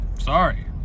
sorry